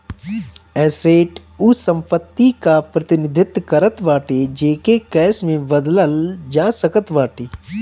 asset उ संपत्ति कअ प्रतिनिधित्व करत बाटे जेके कैश में बदलल जा सकत बाटे